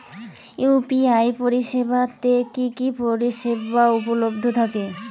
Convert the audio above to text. UPI পরিষেবা তে কি কি পরিষেবা উপলব্ধি থাকে?